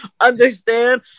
understand